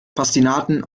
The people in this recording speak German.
pastinaken